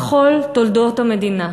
בכל תולדות המדינה,